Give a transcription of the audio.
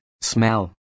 smell